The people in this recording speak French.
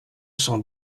cent